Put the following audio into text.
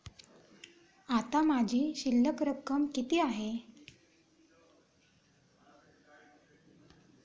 आता माझी शिल्लक रक्कम किती आहे?